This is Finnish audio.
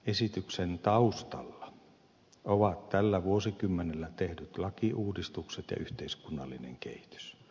esityksen taustalla ovat tällä vuosikymmenellä tehdyt lakiuudistukset ja yhteiskunnallinen kehitys